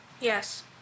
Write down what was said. Yes